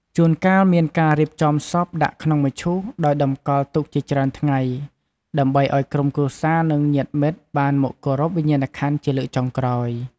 ជួនកាលមានការរៀបចំសពដាក់ក្នុងមឈូស ដោយតម្កល់ទុកជាច្រើនថ្ងៃ ដើម្បីឱ្យក្រុមគ្រួសារ និងញាតិមិត្តបានមកគោរពវិញ្ញាណក្ខន្ធជាលើកចុងក្រោយ។